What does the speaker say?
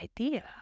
idea